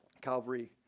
Calvary